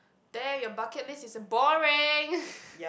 there your bucket list is boring